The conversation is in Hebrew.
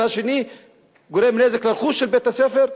והשני גורם נזק לרכוש של בית-הספר,